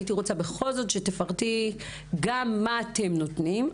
הייתי רוצה שבכל זאת תפרטי גם מה אתם נותנים,